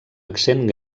accent